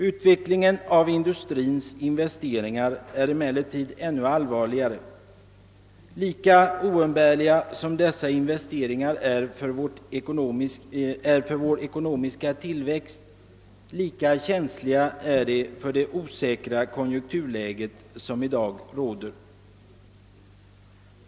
Utvecklingen av industrins investeringar är emellertid ännu allvarligare. Lika oumbärliga som dessa investeringar är för vår ekonomiska tillväxt, lika känsliga är de för det osäkra konjunkturläget som i dag råder.